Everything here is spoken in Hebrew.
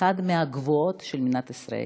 אחת מהגבוהות של מדינת ישראל,